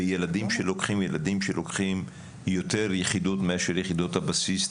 וילדים שלוקחים יותר יחידות מאשר יחידות הבסיס,